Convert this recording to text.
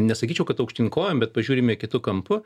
nesakyčiau kad aukštyn kojom bet pažiūrime kitu kampu